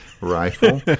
rifle